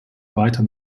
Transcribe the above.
weiter